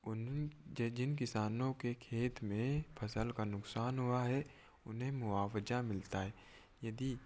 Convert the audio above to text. उन जिन किसानों के खेत में फसल का नुकसान हुआ है उन्हें मुआवजा मिलता है यदि